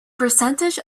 percentage